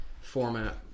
format